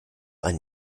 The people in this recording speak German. ein